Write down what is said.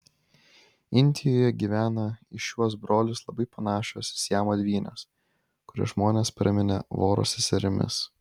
indijoje gyvena į šiuos brolius labai panašios siamo dvynės kurias žmonės praminė voro seserimis